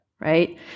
right